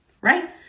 right